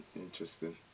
Interesting